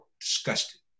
disgusted